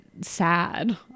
sad